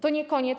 To nie koniec.